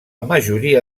majoria